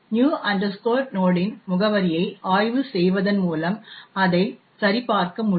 new node node இன் முகவரியை ஆய்வு செய்வதன் மூலம் அதை சரிபார்க்க முடியும்